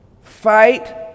Fight